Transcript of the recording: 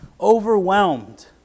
overwhelmed